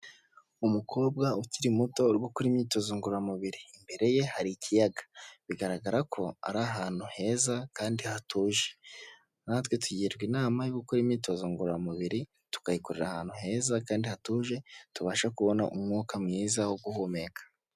Umukobwa ukiri muto uri gukora imyitozo ngororamubiri, imbere ye hari ikiyaga, bigaragara ko ari ahantu heza kandi hatuje, natwe tugirwa inama yo gukora imyitozo ngororamubiri, tukayikorera ahantu heza kandi hatuje tubasha kubona umwuka mwiza wo guhumeka.